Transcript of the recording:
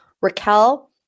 Raquel